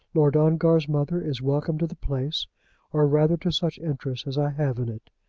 lord ongar's mother is welcome to the place or rather to such interest as i have in it.